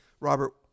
Robert